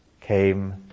came